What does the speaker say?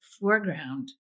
foreground